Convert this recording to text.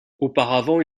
auparavant